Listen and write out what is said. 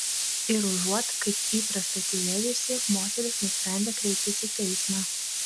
ir užuot kaip įprasta tylėjusi moteris nusprendė kreiptis į teismą